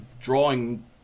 drawing